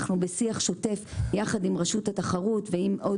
אנחנו בשיח שוטף יחד עם רשות התחרות ועם עוד